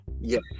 Yes